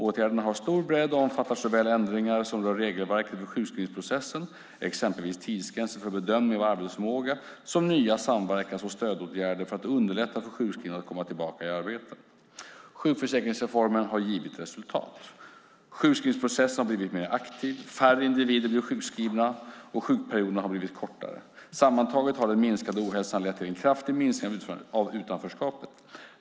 Åtgärderna har stor bredd och omfattar såväl ändringar som rör regelverket för sjukskrivningsprocessen, exempelvis tidsgränser för bedömning av arbetsförmåga, som nya samverkans och stödåtgärder för att underlätta för sjukskrivna att komma tillbaka i arbete. Sjukförsäkringsreformen har givit resultat. Sjukskrivningsprocessen har blivit mer aktiv. Färre individer blir sjukskrivna, och sjukperioderna har blivit kortare. Sammantaget har den minskade ohälsan lett till en kraftig minskning av utanförskapet.